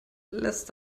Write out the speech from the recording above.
lässt